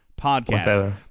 podcast